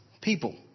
People